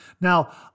Now